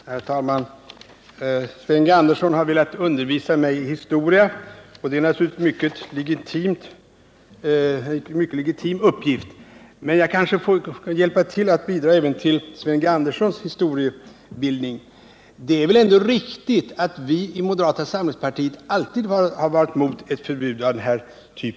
Herr talman! Sven G. Andersson har velat undervisa mig i historia. Det är naturligtvis en mycket legitim uppgift, men jag kanske får hjälpa till och bidra även till Sven G. Anderssons historiebildning. Det är väl ändå riktigt att vi i moderata samlingspartiet alltid har varit emot förbud av den här typen.